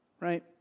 right